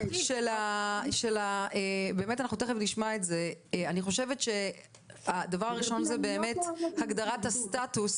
אני חושבת שהדבר הראשון זה הגדרת הסטטוס